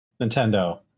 nintendo